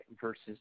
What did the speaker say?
versus